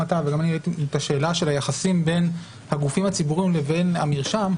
השאלה של היחסים בין הגופים הציבוריים לבין המרשם,